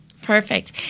Perfect